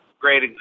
great